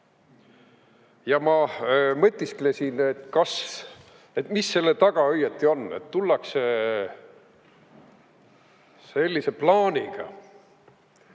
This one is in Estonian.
Ma mõtisklesin, mis selle taga õieti on, et tullakse sellise plaaniga,